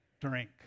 drink